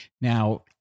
Now